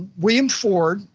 william ford,